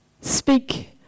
speak